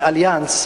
ו"אליאנס",